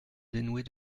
dénouer